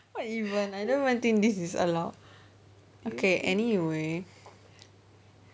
what even I don't even think this is allowed okay anyway